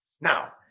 Now